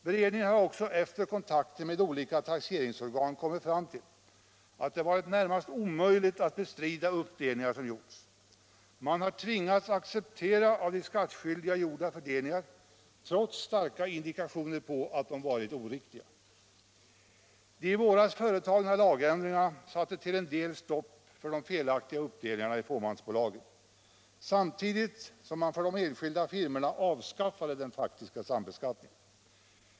Beredningen har också efter kontakter med olika taxeringsorgan kommit fram till att det varit närmast omöjligt att bestrida uppdelningar som gjorts. Man har tvingats acceptera de av de skattskyldiga gjorda fördelningarna, trots starka indikationer på att de varit oriktiga. De i våras föreslagna lagändringarna satte till en del stopp för de felaktiga uppdelningarna i fåmansbolagen samtidigt som man för de enskilda firmorna avskaffade den faktiska sambeskattningen.